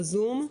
בבקשה.